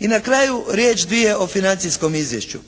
I na kraju riječ, dvije o financijskom izvješću.